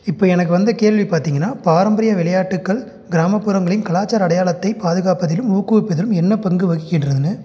இப்போ எனக்கு வந்த கேள்வி பார்த்தீங்கன்னா பாரம்பரிய விளையாட்டுக்கள் கிராமப்புறங்களின் கலாச்சார அடையாளத்தை பாதுகாப்பதிலும் ஊக்குவிப்பதிலும் என்ன பங்கு வகிக்கின்றதுன்னு